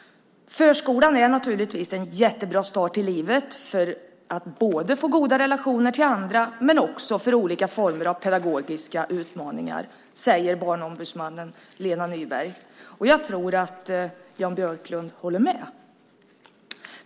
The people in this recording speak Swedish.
Förskolan är naturligtvis en jättebra start i livet för att få goda relationer till andra men också för olika former av pedagogiska utmaningar, säger barnombudsmannen Lena Nyberg. Jag tror att Jan Björklund håller med.